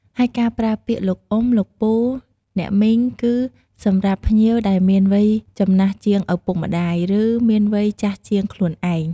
ហើយការប្រើពាក្យ លោកអ៊ុំ លោកពូ អ្នកមីង គឺសម្រាប់ភ្ញៀវដែលមានវ័យចំណាស់ជាងឪពុកម្តាយ ឬមានវ័យចាស់ជាងខ្លួនឯង។